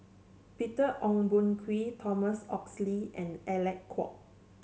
Peter Ong Boon Kwee Thomas Oxley and Alec Kuok